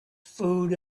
food